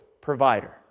provider